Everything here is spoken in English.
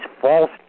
false